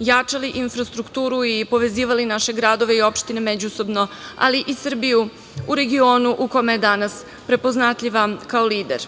jačali infrastrukturu i povezivali naše gradove i opštine međusobno, ali i Srbiju, u regionu u kome je danas prepoznatljiva kao lider.